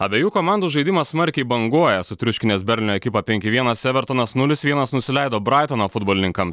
abiejų komandų žaidimas smarkiai banguoja sutriuškinęs bernio ekipą penki vienas evertonas nulis vienas nusileido braitono futbolininkams